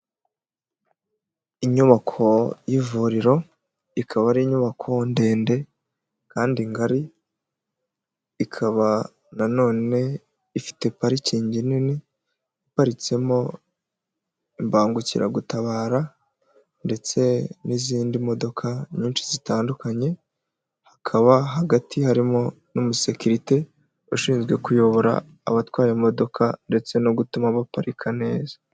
Inyubako y'ivuriro. Ikaba ari inyubako ndende kandi ngari ikaba na none ifite parikingi nini iparitsemo imbangukiragutabara ndetse n'izindi modoka nyinshi zitandukanye, hakaba hagati harimo n'umusekirite ushinzwe kuyobora abatwara imodoka ndetse no gutuma baparika neza.